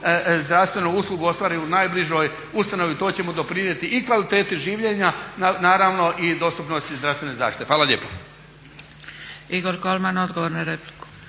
zdravstvenu uslugu ostvari u najbližoj ustanovi, to će mu doprinijeti i kvaliteti življenja naravno i dostupnosti zdravstvene zaštite. Hvala lijepo. **Zgrebec, Dragica